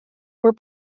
were